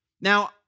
Now